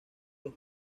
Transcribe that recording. los